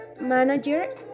manager